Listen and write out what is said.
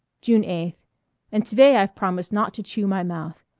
june eighth and to-day i've promised not to chew my mouth.